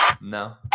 No